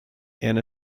and